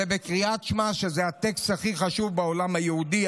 זה בקריאת שמע, הטקסט הכי חשוב בעולם היהודי.